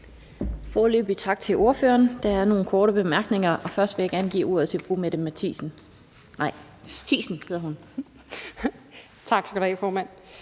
Foreløbig tak til ordføreren. Der er nogle korte bemærkninger. Først vil jeg gerne give ordet til fru Mette Thiesen. Kl. 13:23 Mette Thiesen (NB): Tak skal du have, formand.